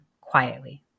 quietly